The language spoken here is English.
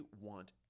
want